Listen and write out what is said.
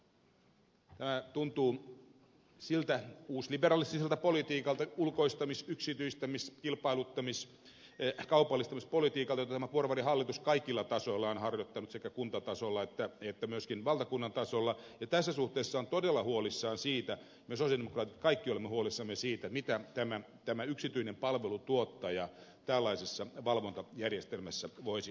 tuntuu siltä uusliberalistiselta politiikalta ulkoistamis yksityistämis kilpailuttamis kaupallistamispolitiikalta jota tämä porvarihallitus kaikilla tasoilla on harjoittanut sekä kuntatasolla että myöskin valtakunnan tasolla ja tässä suhteessa olen todella huolissani siitä me sosialidemokraatit kaikki olemme huolissamme siitä mitä tämä yksityinen palvelun tuottaja tällaisessa valvontajärjestelmässä voisi tarkoittaa